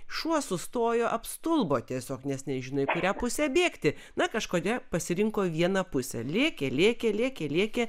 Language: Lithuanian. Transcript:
šuo sustojo apstulbo tiesiog nes nežino kurią pusę bėgti na kažkodėl pasirinko vieną pusę lėkė lėkė lėkė lėkė